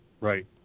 right